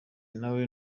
nawe